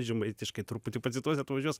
žemaitiškai truputį pacituosiu atvažiuos